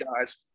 guys